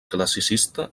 classicista